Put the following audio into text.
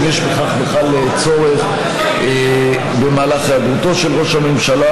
אם יש בכך בכלל צורך במהלך היעדרותו של ראש הממשלה.